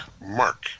Mark